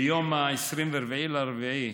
ביום 24 באפריל 2018,